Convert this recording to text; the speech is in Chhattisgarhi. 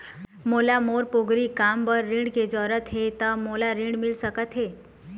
मोला मोर पोगरी काम बर ऋण के जरूरत हे ता मोला ऋण मिल सकत हे?